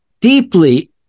deeply